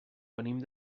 venim